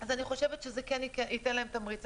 אז אני חושבת שזה כן ייתן להם תמריץ.